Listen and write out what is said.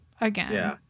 again